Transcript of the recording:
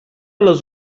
les